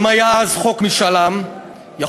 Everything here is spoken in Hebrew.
בבית.